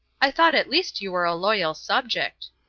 i thought at least you were a loyal subject.